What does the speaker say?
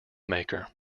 maker